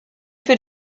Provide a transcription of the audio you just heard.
für